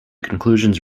conclusions